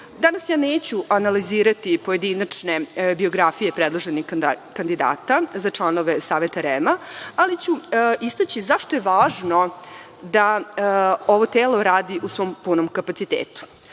ja neću analizirati pojedinačne biografije predloženih kandidata za članove Saveta REM ali ću istaći zašto je važno da ovo telo radi u svom punom kapacitetu.